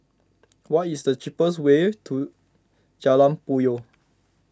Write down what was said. what is the cheapest way to Jalan Puyoh